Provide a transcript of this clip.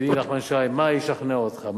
ידידי נחמן שי, מה ישכנע אותך?